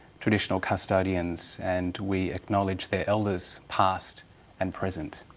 traditional custodians, and we acknowledge their elders past and present.